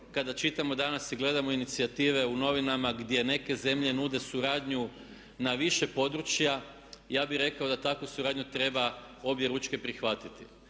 kada čitamo danas i gledamo inicijative u novinama gdje neke zemlje nude suradnju na više područja, ja bih rekao da takvu suradnju treba objeručke prihvatiti.